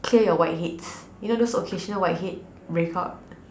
clear your whiteheads you know those occasional white heads break out